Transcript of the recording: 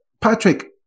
Patrick